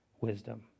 wisdom